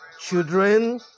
children